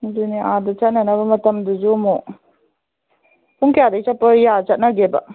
ꯑꯗꯨꯅꯦ ꯑꯥꯗ ꯆꯠꯅꯅꯕ ꯃꯇꯝꯗꯨꯁꯨ ꯑꯃꯨꯛ ꯄꯨꯡ ꯀꯌꯥꯗꯩ ꯆꯠꯄ ꯆꯠꯅꯒꯦꯕ